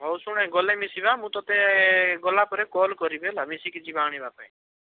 ହଉ ଶୁଣେ ଗଲେ ମିଶିବା ମୁଁ ତୋତେ ଗଲାପରେ କଲ୍ କରିବି ହେଲା ମିଶିକି ଯିବା ଆଣିବା ପାଇଁ